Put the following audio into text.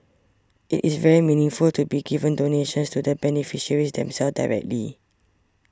it is very meaningful to be giving donations to the beneficiaries themselves directly